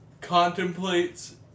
contemplates